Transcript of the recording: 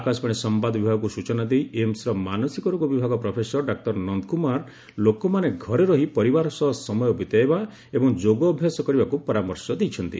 ଆକାଶବାଣୀ ସମ୍ଭାଦ ବିଭାଗକୁ ସୂଚନା ଦେଇ ଏମ୍ସ୍ର ମାନସିକ ରୋଗ ବିଭାଗ ପ୍ରଫେସର ଡାକ୍ତର ନନ୍ଦ କୁମାର ଲୋକମାନେ ଘରେ ରହି ପରିବାର ସହ ସମୟ ବିତାଇବା ଏବଂ ଯୋଗ ଅଭ୍ୟାସ କରିବାକୁ ପରାମର୍ଶ ଦେଇଛନ୍ତି